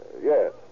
Yes